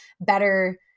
better